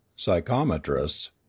Psychometrists